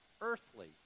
earthly